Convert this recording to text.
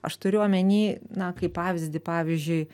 aš turiu omeny na kaip pavyzdį pavyzdžiui